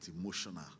emotional